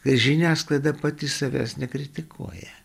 ir žiniasklaida pati savęs nekritikuoja